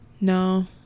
No